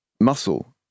muscle